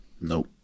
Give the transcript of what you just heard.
Nope